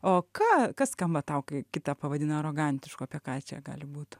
o ką kas skamba tau kai kitą pavadina arogantišku apie ką čia gali būt